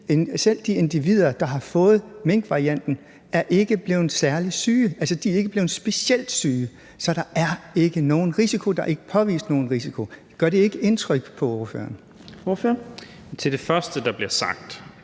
Selv de individer, der har fået minkvarianten, er ikke blevet særlig syge, altså, de er ikke blevet specielt syge. Så der er ikke nogen påvist risiko. Gør det ikke indtryk på ordføreren? Kl. 16:29 Fjerde næstformand